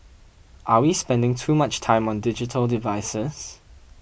are we spending too much time on digital devices